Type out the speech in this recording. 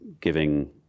giving